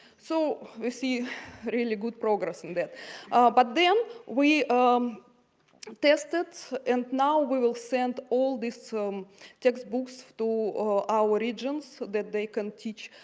so we see really good progress in that but then we um tested and now we will send all this um textbooks to our regions that they can teach